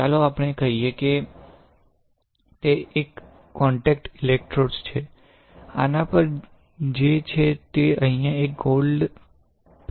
ચાલો આપણે કહીએ કે તે એક કોન્ટેક્ટ ઇલેક્ટ્રોડ્સ છે આના પર જે છે તે અહીં એક ગોલ્ડ પેડ્સ છે